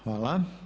Hvala.